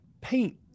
paint